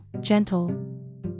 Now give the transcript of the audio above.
gentle